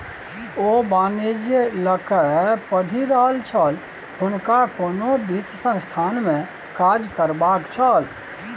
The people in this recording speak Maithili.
ओ वाणिज्य लकए पढ़ि रहल छल हुनका कोनो वित्त संस्थानमे काज करबाक छल